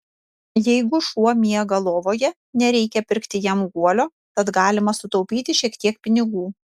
jeigu šuo miega lovoje nereikia pirkti jam guolio tad galima sutaupyti šiek tiek pinigų